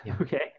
okay